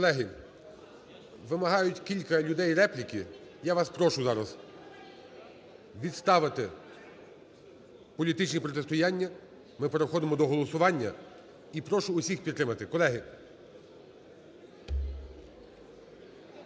колеги, вимагають кілька людей репліки. Я вас прошу зараз відставити політичні протистояння, ми переходимо до голосування. І прошу усіх підтримати, колеги.